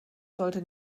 sollte